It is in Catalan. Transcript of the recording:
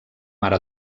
ara